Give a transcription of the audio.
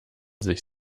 sich